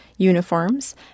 uniforms